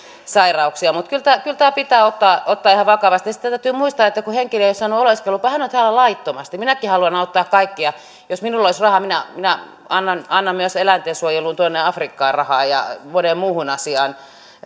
sairauksia hoitamatta mutta kyllä tämä pitää ottaa ottaa ihan vakavasti sitten täytyy muistaa että kun henkilö ei ole saanut oleskelulupaa hän on täällä laittomasti minäkin haluaisin auttaa kaikkia jos minulla olisi rahaa minä annan myös eläintensuojeluun tuonne afrikkaan rahaa ja moneen muuhun asiaan